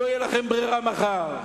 לא תהיה לכם ברירה מחר.